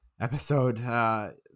episode